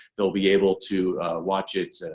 they'll be able to watch it, and